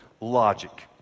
logic